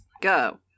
go